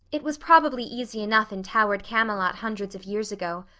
it was probably easy enough in towered camelot hundreds of years ago,